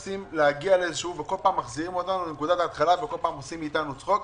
כל פעם מחזירים אותנו לנקודת ההתחלה וכל פעם עושים מאתנו צחוק.